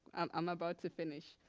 um i'm about to finish.